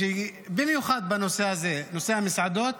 במיוחד בנושא הזה, נושא המסעדות,